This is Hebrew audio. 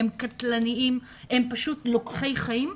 הם קטלניים, הם לוקחי חיים.